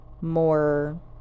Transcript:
more